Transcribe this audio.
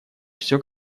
все